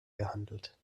gehandelt